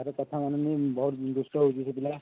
ଘରେ କଥା ମାନୁନି ବହୁତ ଦୁଷ୍ଟ ହେଉଛି ସେ ପିଲା